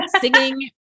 singing